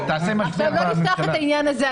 עכשיו, לא לפתוח את העניין הזה.